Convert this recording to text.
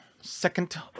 second